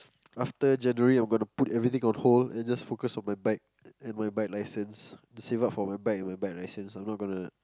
after January I'm gonna put everything on hold and just focus on my bike and my bike licence to save up for my bike and my bike licence I'm not gonna